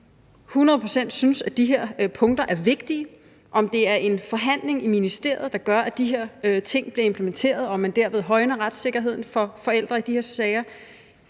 synes, at de her punkter er vigtige. Om det er en forhandling i ministeriet, der gør, at de her ting bliver implementeret og man dermed højner retssikkerheden for forældre i de her sager,